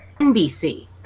NBC